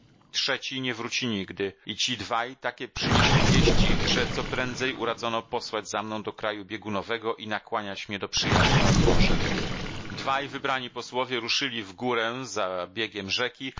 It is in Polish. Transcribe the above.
trzeci nie wróci nigdy i ci dwaj takie przynieśli wieści że coprędzej uradzono posłać za mną do kraju biegunowego i nakłaniać mnie do przyjazdu nad morze dwaj wybrani posłowie ruszyli w górę za biegiem rzeki